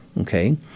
okay